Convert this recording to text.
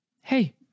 hey